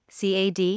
CAD